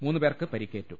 മൂന്നുപേർക്ക് പരി ക്കേറ്റു